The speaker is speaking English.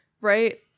right